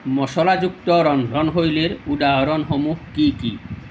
মচলাযুক্ত ৰন্ধনশৈলীৰ উদাহৰণসমূহ কি কি